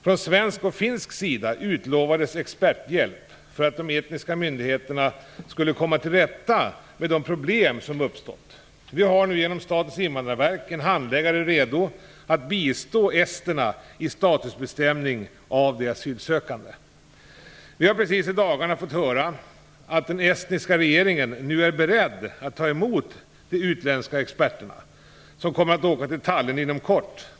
Från svensk och finsk sida utlovades experthjälp för att de estniska myndigheterna skulle kunna komma till rätta med de problem som uppstått. Det finns nu från Statens invandrarverk en handläggare redo att bistå esterna i statusbestämning av de asylsökande. Vi har precis i dagarna fått höra att den estniska regeringen nu är beredd att ta emot de utländska experterna, som kommer att åka till Tallinn inom kort.